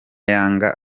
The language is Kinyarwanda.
yanga